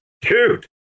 dude